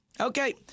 Okay